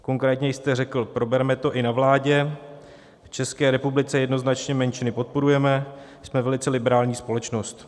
Konkrétně jste řekl probereme to i na vládě, v České republice jednoznačně menšiny podporujeme, jsme velice liberální společnost.